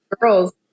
girls